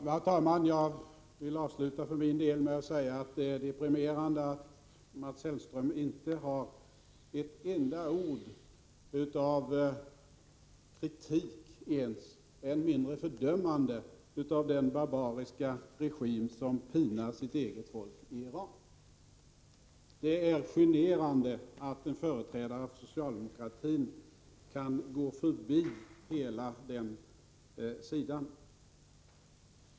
Herr talman! Jag vill avsluta för min del med att säga att det är deprimerande att Mats Hellström inte har ett enda ord av kritik, än mindre fördömande, när det gäller den barbariska regim som pinar sitt eget folk i Iran. Det är generande att en företrädare för socialdemokratin kan gå förbi hela den aspekten.